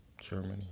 germany